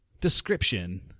description